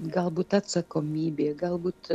galbūt atsakomybė galbūt